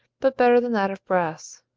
but better than that of brass.